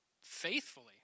faithfully